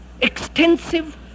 extensive